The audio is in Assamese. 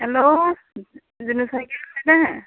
হেল্ল'